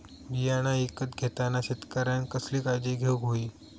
बियाणा ईकत घेताना शेतकऱ्यानं कसली काळजी घेऊक होई?